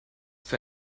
für